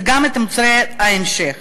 וגם את מוצרי ההמשך.